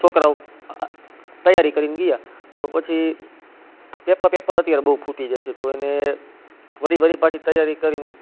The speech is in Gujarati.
છોકરાઓ તૈયારી કરીને ગયા તો પછી પેપર પેપર અત્યારે બહુ ફૂટી જાય છે તો એને વળી વળી પાછી તૈયારી કરીને